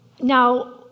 Now